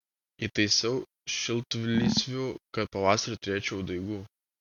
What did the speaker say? įtaisiau šiltlysvių kad pavasarį turėčiau daigų